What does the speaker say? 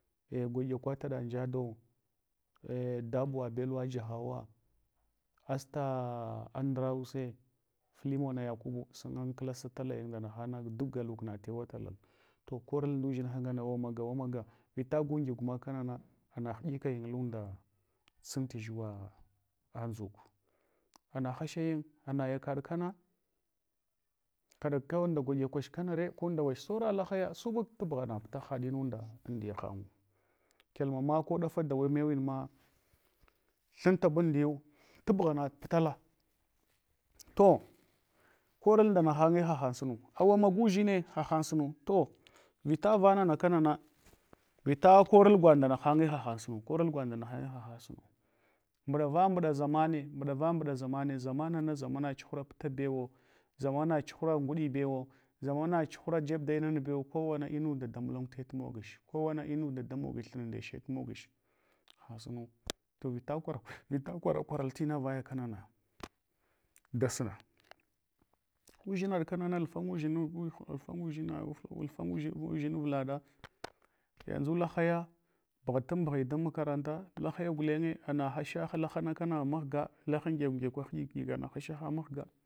Eh gwaɗyakwa taɗa njaddo eh dabowa bellowa jahawa, asta andrawuse, plilmo yakubu sa classa talayin nda hahanna duk galuk na tewa talal. To korul ndu dʒinh ngana awa maga, wamaga, vta gu ngigu mak kawana ana hidike unda sun tu dʒuwa nʒuk. Ana inasha yin ana kana, kadok keghe nda gwaɗekwach kana re, ko ndawache sora lahaya subuk tubgha naputa hadinunda amduya han ngu. Kyalma maku ɗafa da mewin na thamta bawndiyu, tabgha na putala. To koral nda nahaghe hahau sunu awa magu ulʒine hahansunu. To vita vana na kana na, vita korul gwad nda nahagha hahan sunu. Korul gwaɗ nda nahaghe hahang sunu. Mbɗava mbɗa zammane mbɗava mbɗa zammane, zaman nan zamana chuhura puta bewo, zammar chuhura nguɗu bewo, zammana chuhura jeb da nubew kowana inunda da mulun te to mogche kowana muda da mugchi thuna ndeche tmogche, hasunu to vita kora koral tina vaya kanana da sng. Udʒinaɗ kanana alfanga avlaɗa yanʒu lahaya bugha tan bughai dan makaranta, lakaya gulenge ana hasha lahana kana mahga lahan ngyagwungyagwu huɗik hiɗikana hasha han mahga.